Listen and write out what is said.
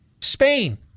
Spain